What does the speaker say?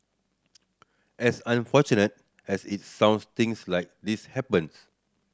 as unfortunate as it sounds things like this happens